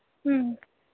ꯎꯝ